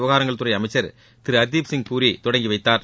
விவகாரங்கள் துறை அமைச்சர் திரு ஹர்தீப்சிங் பூரி தொடங்கி வைத்தார்